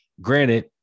granted